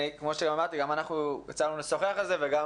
כמו שאמרתי, גם יצא לנו לשוחח על זה וגם